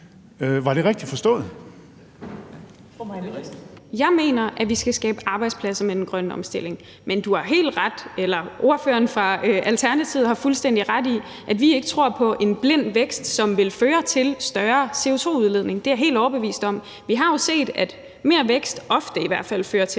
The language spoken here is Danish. Mai Villadsen (EL): Jeg mener, at vi skal skabe arbejdspladser med den grønne omstilling, men ordføreren for Alternativet har fuldstændig ret i, at vi ikke tror på en blind vækst, som vil føre til større CO2-udledning – det er jeg helt overbevist om. Vi har jo set, at mere vækst – ofte i hvert fald – fører til